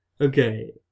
Okay